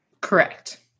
Correct